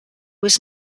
was